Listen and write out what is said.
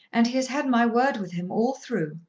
and he has had my word with him all through.